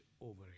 over